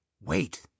Wait